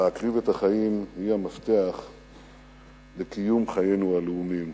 להקריב את החיים הן המפתח לקיום חיינו הלאומיים.